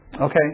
Okay